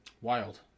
Wild